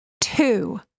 Two